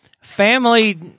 family